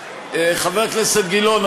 חבר הכנסת גילאון,